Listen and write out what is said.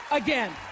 again